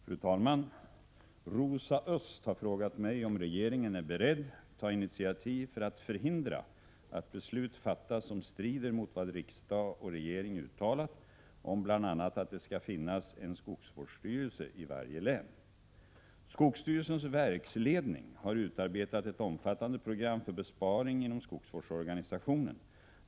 Fru talman! Rosa Östh har frågat mig om regeringen är beredd ta initiativ för att förhindra att beslut fattas som strider mot vad riksdag och regering uttalat om bl.a. att det skall finnas en skogsvårdsstyrelse i varje län. Skogsstyrelsens verksledning har utarbetat ett omfattande program för besparing inom skogsvårdsorganisationen.